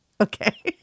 Okay